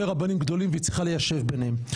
רבנים גדולים והיא צריכה ליישב ביניהם.